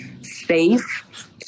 safe